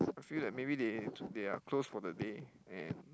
I feel that maybe they they are closed for the day and